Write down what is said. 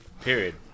Period